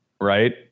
right